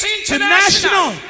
International